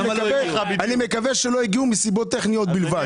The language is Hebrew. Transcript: אני מקווה שלא הגיעו מסיבות טכניות בלבד.